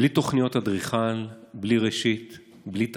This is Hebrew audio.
בלי תוכניות אדריכל, בלי ראשית בלי תכלית,